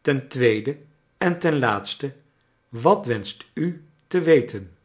ten tweede en ten laatste wat wenscht u te weten